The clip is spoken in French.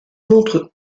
montrent